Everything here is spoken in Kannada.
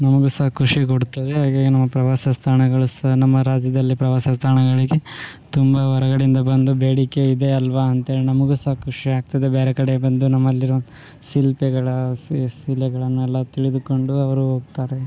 ನಮಗು ಸಹ ಖುಷಿ ಕೊಡ್ತದೆ ಹಾಗೆ ಏನೋ ಪ್ರವಾಸ ಸ್ಥಾನಗಳು ಸಹ ನಮ್ಮ ರಾಜ್ಯದಲ್ಲಿ ಪ್ರವಾಸ ಸ್ಥಾನಗಳಿಗೆ ತುಂಬ ಹೊರಗಡೆಯಿಂದ ಬಂದು ಬೇಡಿಕೆ ಇದೆ ಅಲ್ವ ಅಂಥೇಳಿ ನಮಗು ಸಹ ಖುಷಿ ಆಗ್ತದೆ ಬ್ಯಾರೆ ಕಡೆ ಬಂದು ನಮ್ಮಲ್ಲಿರೋ ಶಿಲ್ಪಗಳ ಶಿಲೆಗಳನ್ನೆಲ್ಲ ತಿಳಿದುಕೊಂಡು ಅವರು ಹೋಗ್ತಾರೆ